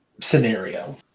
scenario